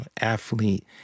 athlete